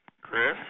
Chris